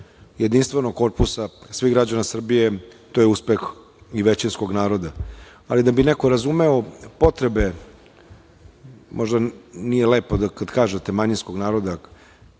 jedinstvenog korpusa svih građana Srbije, to je uspeh i većinskog naroda. Ali, da bi neko razumeo potrebe, možda nije lepo kada kažete "manjinskog naroda",